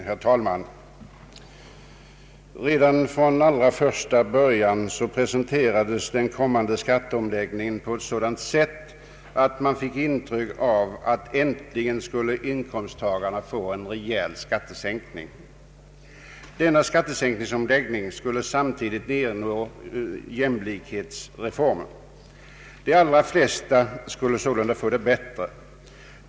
Herr talman! Redan från första början presenterades den kommande skatteomläggningen på ett sådant sätt att man fick intryck av att inkomsttagarna äntligen skulle få en rejäl skattesänkning. Denna skatteomläggning skulle samtidigt innebära en jämlikhetsreform, De allra flesta skulle sålunda få det bättre.